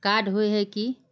Card होय है की?